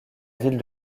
ville